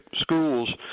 schools